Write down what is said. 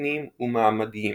אתניים ומעמדיים.